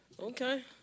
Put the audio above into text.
Okay